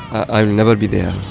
i'll never be there